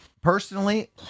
Personally